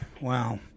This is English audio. Wow